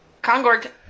Concord